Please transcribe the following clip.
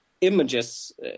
images